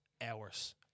Hours